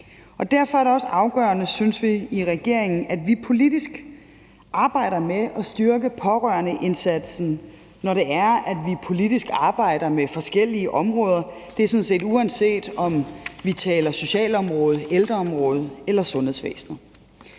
Derfor er det også afgørende, synes vi i regeringen, at vi politisk arbejder med at styrke pårørendeindsatsen, når vi politisk arbejder med forskellige områder, uanset om vi taler socialområdet, ældreområdet eller sundhedsvæsenet.